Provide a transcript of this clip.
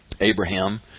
Abraham